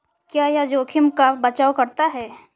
क्या यह जोखिम का बचाओ करता है?